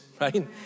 right